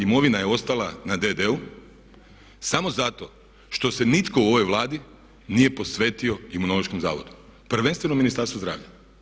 Imovina je ostala na d.d.-u samo zato što se nitko u ovoj Vladi nije posvetio Imunološkom zavodu prvenstveno Ministarstvo zdravlja.